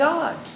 God